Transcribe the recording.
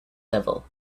level